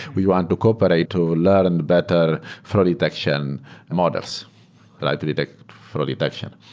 we want to cooperate to learn and better fraud detection models, like to detect fraud detection.